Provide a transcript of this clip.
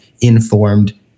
informed